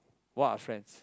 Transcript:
what are friends